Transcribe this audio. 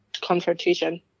confrontation